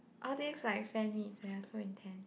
all this like fan meets they are so intense